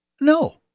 No